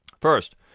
First